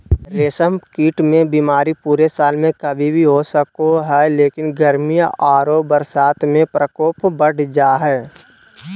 रेशम कीट मे बीमारी पूरे साल में कभी भी हो सको हई, लेकिन गर्मी आरो बरसात में प्रकोप बढ़ जा हई